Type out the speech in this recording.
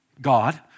God